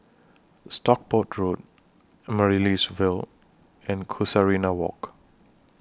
Stockport Road Amaryllis Ville and Casuarina Walk